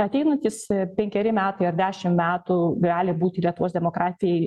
ateinantys penkeri metai ar dešimt metų gali būti lietuvos demokratijai